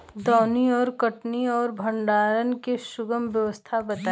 दौनी और कटनी और भंडारण के सुगम व्यवस्था बताई?